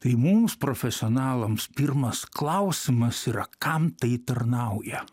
tai mums profesionalams pirmas klausimas yra kam tai tarnauja